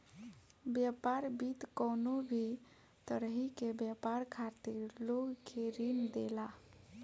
व्यापार वित्त कवनो भी तरही के व्यापार खातिर लोग के ऋण देला